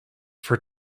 for